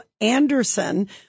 Anderson